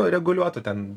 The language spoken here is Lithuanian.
reguliuotų ten